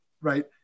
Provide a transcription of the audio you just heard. right